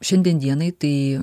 šiandien dienai tai